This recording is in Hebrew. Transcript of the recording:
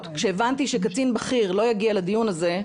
כשהבנתי שקצין בכיר לא יגיע לדיון הזה,